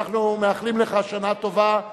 אנחנו מאחלים לך שנה טובה,